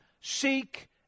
seek